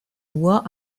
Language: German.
nur